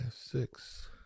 six